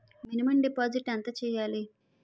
Minimum deposit ఎంత చెయ్యాలి?